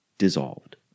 dissolved